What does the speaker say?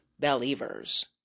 Believers